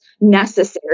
necessary